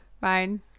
Fine